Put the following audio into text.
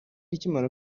ikimara